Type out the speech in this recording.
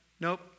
Nope